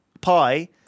pi